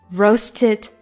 roasted